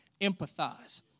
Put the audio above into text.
empathize